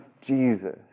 Jesus